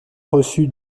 reçu